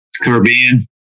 Caribbean